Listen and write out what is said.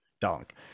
Donk